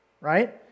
right